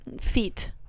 Feet